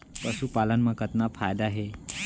पशुपालन मा कतना फायदा हे?